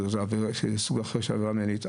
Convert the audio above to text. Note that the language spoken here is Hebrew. וזה סוג אחר של עבירה מינהלית.